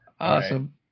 Awesome